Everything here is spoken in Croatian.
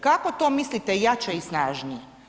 Kako to mislite jače i snažnije?